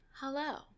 Hello